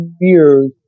years